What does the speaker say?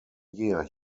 year